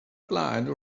blaen